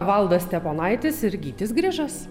valdas steponaitis ir gytis grižas